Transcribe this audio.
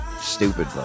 stupid